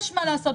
יש מה לעשות,